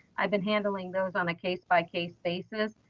i've been handling those on a case by case basis.